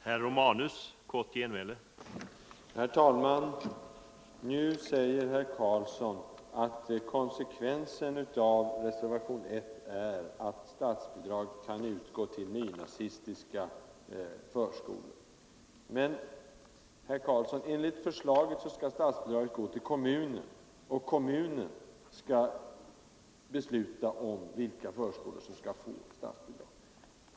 Herr talman! Herr Karlsson i Huskvarna säger att konsekvensen av reservationen 1 blir, att statsbidrag kan utgå till nynazistiska förskolor. Men enligt förslaget skall statsbidraget gå till kommunen, och kommunen skall besluta om vilka förskolor som skall få bidrag.